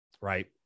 right